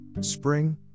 spring